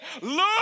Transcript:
look